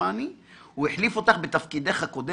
כמדומני - הוא החליף אותך בתפקידך הקודם,